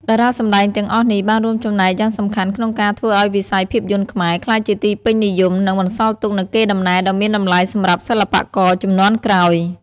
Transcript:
តារាសម្ដែងទាំងអស់នេះបានរួមចំណែកយ៉ាងសំខាន់ក្នុងការធ្វើឱ្យវិស័យភាពយន្តខ្មែរក្លាយជាទីពេញនិយម និងបន្សល់ទុកនូវកេរដំណែលដ៏មានតម្លៃសម្រាប់សិល្បករជំនាន់ក្រោយ។